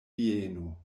vieno